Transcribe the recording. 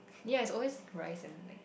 yes always rice and like